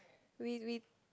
we we